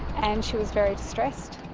and she was very distressed.